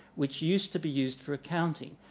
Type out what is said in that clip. which used to be used for accounting.